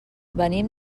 venim